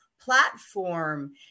platform